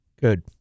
Good